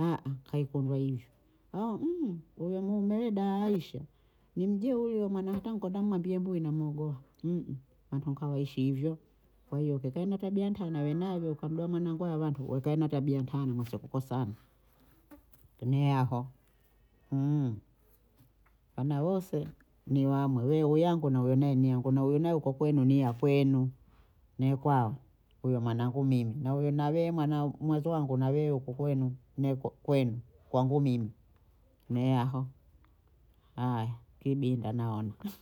kaikumba hivyo huyo mumewe da aisha ni mjeuri huyo mwana hata nkudama umwambie embu inama ugoo hatuka ishi hivyo kwa hiyo kakawe na tabia ntana we nawe ukamuda mwanangu hawa watu wakawe na tabia ntaa mwasekukosana tene aho wana wose ni wamwe wewe yangwe na we nanyiangu, nawe naye huko kwenu ni ya kwenu ni kwao huyo mwanangu mimi na huyo nawe mwana wa mwezi wangu na wewe huko kwenu ne kwenu kwangu mimi ne aho haya kibinga noano